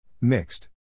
Mixed